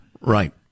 right